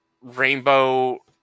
rainbow